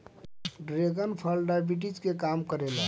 dragon फल diabetes के कम करेला